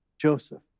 Joseph